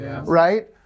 Right